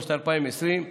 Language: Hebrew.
באוגוסט 2020,